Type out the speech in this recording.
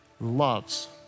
loves